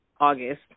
August